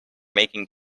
making